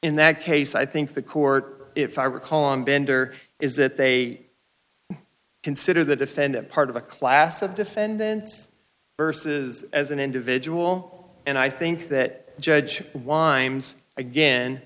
in that case i think the court if i recall on bender is that they consider the defendant part of a class of defendant versus as an individual and i think that judge winds again